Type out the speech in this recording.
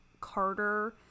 Carter